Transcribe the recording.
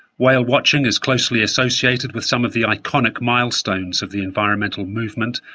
whale watching is closely associated with some of the iconic milestones of the environmental movement